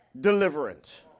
deliverance